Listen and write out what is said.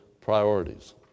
priorities